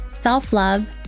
self-love